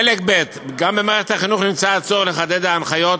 חלק ב': גם במערכת החינוך נמצא הצורך לחדד את ההנחיות